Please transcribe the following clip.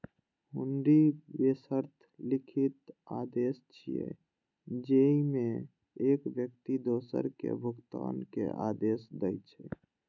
हुंडी बेशर्त लिखित आदेश छियै, जेइमे एक व्यक्ति दोसर कें भुगतान के आदेश दै छै